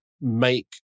make